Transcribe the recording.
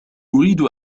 أريد